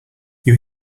you